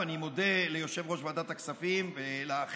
ואני מודה ליושב-ראש ועדת הכספים ולאחרים,